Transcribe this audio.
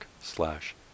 slash